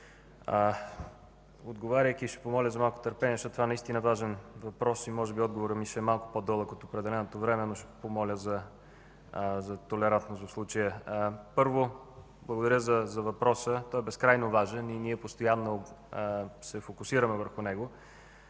отговаряйки, ще помоля за малко търпение, защото това наистина е важен въпрос и може би отговорът ми ще е малко по-дълъг от определеното време, но ще помоля за толерантност в случая. Първо, благодаря за въпроса. Той е безкрайно важен и ние постоянно се фокусираме върху него,